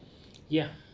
ya